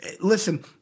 listen